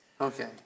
Okay